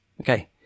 Okay